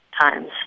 times